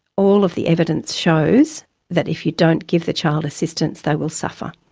all of the evidence shows that if you don't give the child assistance they will suffer,